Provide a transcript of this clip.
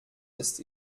ist